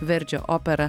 verdžio opera